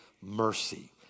mercy